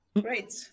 Great